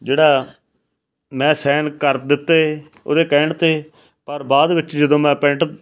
ਜਿਹੜਾ ਮੈਂ ਸੈਨ ਕਰ ਦਿੱਤੇ ਉਹਦੇ ਕਹਿਣ 'ਤੇ ਪਰ ਬਾਅਦ ਵਿੱਚ ਜਦੋਂ ਮੈਂ ਪੈਂਟ